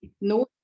no